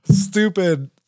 stupid